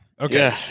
Okay